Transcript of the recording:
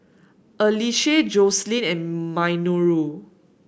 Ashleigh Joseline and Minoru